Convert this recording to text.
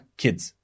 Kids